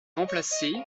remplacé